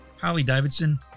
Harley-Davidson